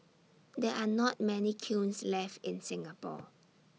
there are not many kilns left in Singapore